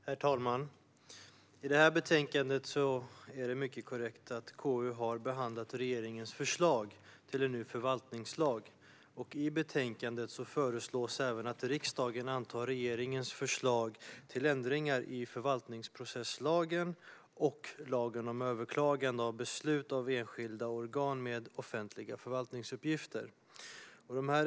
Herr talman! I detta betänkande är det mycket korrekt så att KU har behandlat regeringens förslag till en ny förvaltningslag. I betänkandet föreslås även att riksdagen antar regeringens förslag till ändringar i förvaltningsprocesslagen och lagen om överklagande av beslut av enskilda organ med offentliga förvaltningsuppgifter.